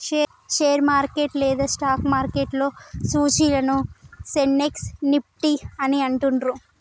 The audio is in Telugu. షేర్ మార్కెట్ లేదా స్టాక్ మార్కెట్లో సూచీలను సెన్సెక్స్, నిఫ్టీ అని అంటుండ్రు